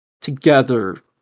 together